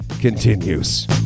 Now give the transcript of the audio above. continues